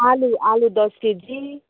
आलु आलु दस केजी